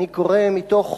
אני קורא מתוך